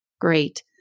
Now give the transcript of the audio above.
Great